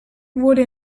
wurde